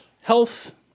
health